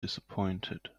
disappointed